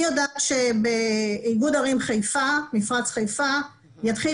אני יודעת שבאיגוד ערים מפרץ חיפה יתחיל